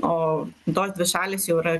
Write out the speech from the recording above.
o tos dvi šalys jau yra